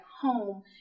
home